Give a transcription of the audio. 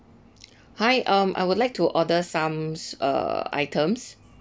hi um I would like to order some s~ uh items